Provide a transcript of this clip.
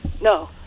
No